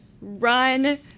run